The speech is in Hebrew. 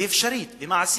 ואפשרית ומעשית.